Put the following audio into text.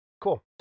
Cool